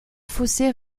fossé